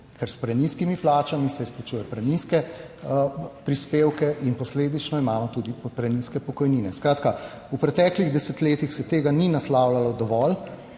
ker s prenizkimi plačami se izplačuje prenizke prispevke in posledično imamo tudi prenizke pokojnine. Skratka v preteklih desetletjih se tega ni naslavljalo dovolj,